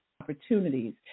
opportunities